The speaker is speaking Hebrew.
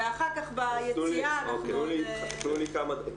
ואחר כך --- זה מה שמטריד אותנו.